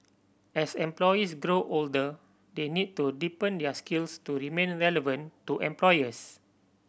as employees grow older they need to deepen their skills to remain relevant to employers